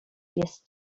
jest